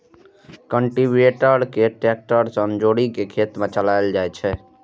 cultivator कें tractor सं जोड़ि कें खेत मे चलाएल जाइ छै